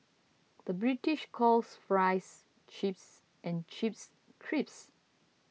the British calls Fries Chips and Chips Crisps